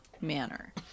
manner